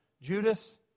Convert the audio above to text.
Judas